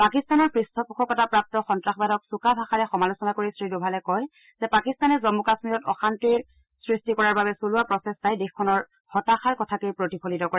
পাকিস্তানৰ পূষ্ঠপোষকতাপ্ৰাগু সন্নাসবাদক চোকা ভাষাৰে সমালোচনা কৰি শ্ৰীডোভালে কয় যে পাকিস্তানে জমু কাশ্মীৰত অশান্তিৰ সৃষ্টি কৰাৰ বাবে চলোৱা প্ৰচেষ্টাই দেশখনৰ হতাশাৰ কথাকেই প্ৰতিফলিত কৰে